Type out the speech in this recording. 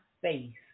face